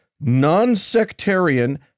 non-sectarian